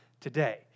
today